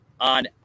on